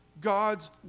God's